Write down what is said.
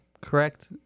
correct